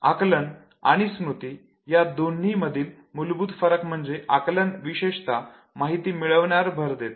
आकलन आणि स्मृती या दोन्हीं मधील मूलभूत फरक म्हणजे आकलन विशेषतः माहिती मिळविण्यावर भर देते